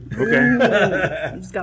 Okay